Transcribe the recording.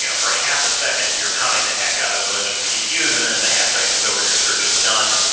you know for half a second, you're pounding the heck out of a bunch of so cpus and then the half second is over your search is done,